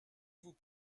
vous